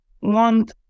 Want